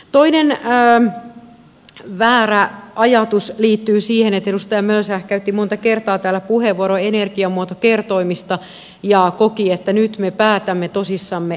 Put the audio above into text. toinen väärä ajatus liittyy siihen että edustaja mölsä käytti monta kertaa täällä puheenvuoron energiamuotokertoimista ja koki että nyt me päätämme tosissamme energiamuotokertoimista